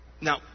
now